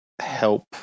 help